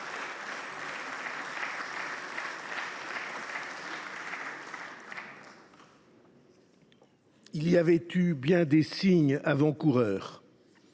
Il y avait eu bien des signes avant coureurs